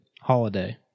holiday